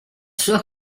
sua